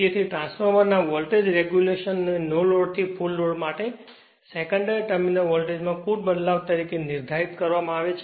તેથી ટ્રાન્સફોર્મરના voltage regulation ને નોલોડ થી ફુલ લોડ માટે સેકન્ડરી ટર્મિનલ વોલ્ટેજમાં કુલ બદલાવ તરીકે નિર્ધારિત કરવામાં આવે છે